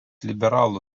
liberalų